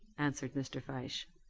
answered mr. fyshe.